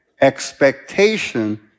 expectation